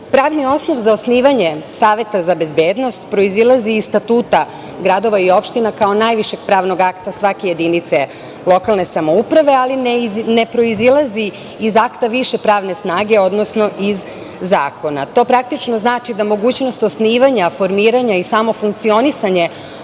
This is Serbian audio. Pravni osnov za osnivanje Saveta za bezbednost proizilazi iz statuta gradova i opština kao najvišeg pravnog akta svake jedinice lokalne samouprave, ali ne proizilazi iz akta više pravne snage, odnosno iz zakona. To praktično znači da mogućnost osnivanja, formiranja i samo funkcionisanje